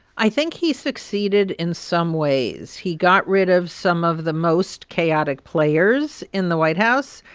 i think he succeeded in some ways. he got rid of some of the most chaotic players in the white house.